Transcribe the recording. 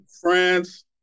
France